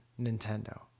Nintendo